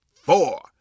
four